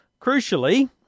crucially